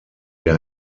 der